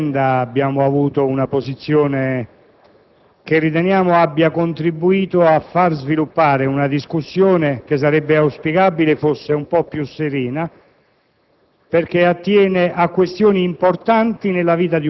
noi dell'Italia dei Valori, su questa vicenda abbiamo assunto una posizione che riteniamo abbia contribuito a far sviluppare una discussione che sarebbe auspicabile fosse più serena,